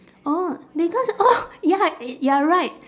orh because oh ya y~ you are right